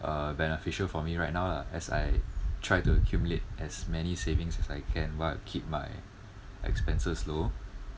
uh beneficial for me right now lah as I try to accumulate as many savings as I can while I keep my expenses low